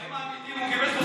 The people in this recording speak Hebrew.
בחיים האמיתיים,